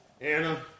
Anna